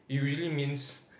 it usually means